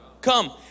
Come